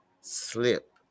slip